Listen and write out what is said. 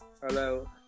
Hello